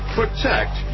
protect